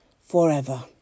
forever